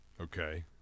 Okay